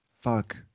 fuck